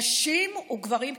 נשים וגברים כאחד.